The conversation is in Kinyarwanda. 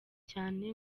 cyane